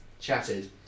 chatted